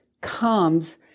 comes